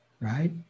right